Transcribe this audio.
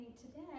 today